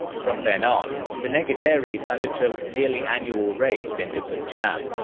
from then on, the neguderis undertook nearly annual raids into punjab.